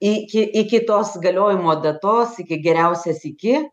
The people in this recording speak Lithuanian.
iki iki tos galiojimo datos iki geriausias iki